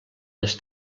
les